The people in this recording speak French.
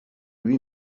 lui